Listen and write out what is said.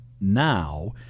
now